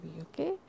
okay